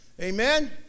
Amen